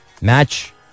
match